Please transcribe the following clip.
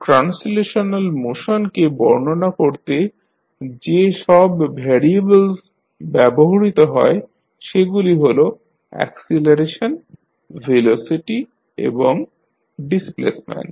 translational মোশনকে বর্ণনা করতে যেসব ভ্যারিয়েবেলস ব্যবহৃত হয় সেগুলি হল অ্যাকসিলারেশন ভেলোসিটি এবং ডিসপ্লেসমেন্ট